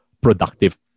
productive